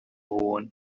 buntu